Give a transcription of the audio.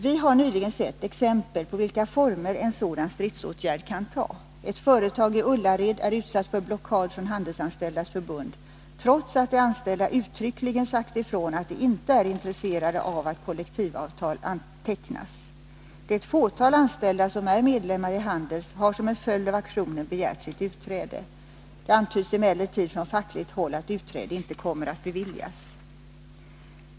Vi har nyligen sett exempel på vilka former en sådan stridsåtgärd kan ta. Ett företag i Ullared är utsatt för blockad från Handelsanställdas förbund trots att de anställda uttryckligen sagt ifrån att de inte är intresserade av att kollektivavtal tecknas. Det fåtal anställda som är medlemmar i Handels har som en följd av aktionen begärt sitt utträde. Det antyds emellertid från fackligt håll att utträde inte kommer att beviljas.